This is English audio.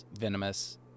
Venomous